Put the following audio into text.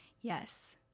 Yes